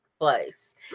place